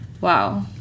Wow